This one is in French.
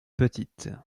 petite